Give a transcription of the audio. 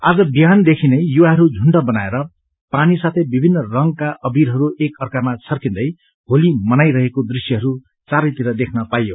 आज बिहान देखि नै युवाहरू झुण्ड बनाएर पानी साथै विभिन्न रंगका अबीरहरू एक अर्कामा छर्किन्दै होली मनाईरहेको दृष्यहरू चारैतिर देख्न पाइयो